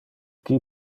qui